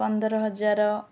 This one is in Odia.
ପନ୍ଦର ହଜାର